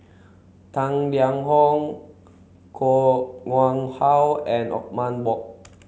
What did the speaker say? Tang Liang Hong Koh Nguang How and Othman Wok